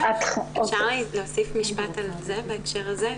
אפשר להוסיף משפט בהקשר הזה?